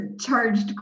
charged